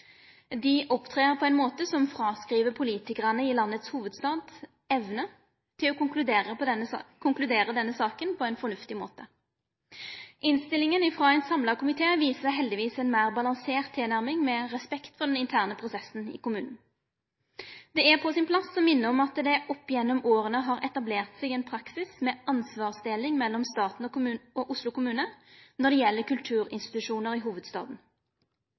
Dei opptrer på ein måte som fråskriv politikarane i landets hovudstad evna til å konkludere i denne saka på ein fornuftig måte. Innstillinga frå ein samla komité viser heldigvis ei meir balansert tilnærming med respekt for den interne prosessen i kommunen. Det er på sin plass å minne om at det opp gjennom åra har etablert seg ein praksis med ansvarsdeling mellom staten og Oslo kommune når det gjeld kulturinstitusjonar i hovudstaden.